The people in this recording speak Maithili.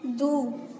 दू